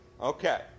Okay